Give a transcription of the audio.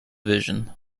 vision